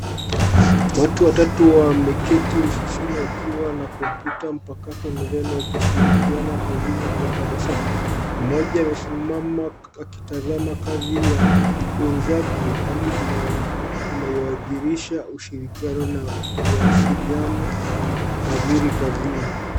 Watu watatu wameketi ofisini wakiwa na kompyuta mpakato mezani wakishirikiana kazini kwa tabasamu. Mmoja amesimama akitazama kazi ya wenzake, hali inayodhihirisha ushirikiano na mawasiliano mazuri kazini .